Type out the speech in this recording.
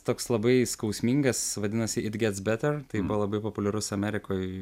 toks labai skausmingas vadinasi it gets better buvo labai populiarus amerikoj